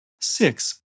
Six